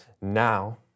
now